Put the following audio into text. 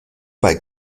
bei